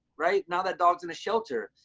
right? now, that dog's in a shelter.